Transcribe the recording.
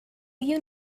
you